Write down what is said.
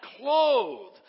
clothed